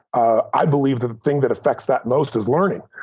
ah i believe the thing that effects that most is learning.